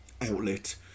outlet